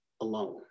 alone